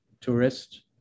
tourist